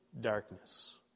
darkness